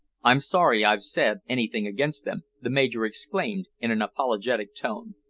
i'm sorry i've said anything against them, the major exclaimed in an apologetic tone.